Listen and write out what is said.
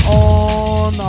on